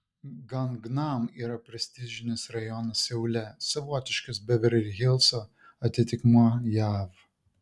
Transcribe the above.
gangnam yra prestižinis rajonas seule savotiškas beverli hilso atitikmuo jav